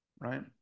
right